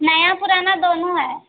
नया पुराना दोनों है